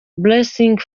blessing